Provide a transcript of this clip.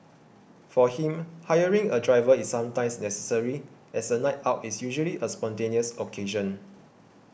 for him hiring a driver is sometimes necessary as a night out is usually a spontaneous occasion